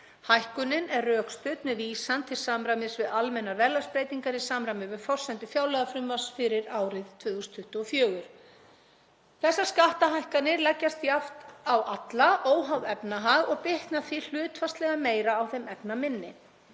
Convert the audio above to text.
Hækkunin er rökstudd með vísan til samræmis við almennar verðlagsbreytingar í samræmi við forsendur fjárlagafrumvarps fyrir árið 2024. Þessar skattahækkanir leggjast jafnt á alla, óháð efnahag, og bitna því hlutfallslega meira á þeim efnaminni.